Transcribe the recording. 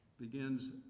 begins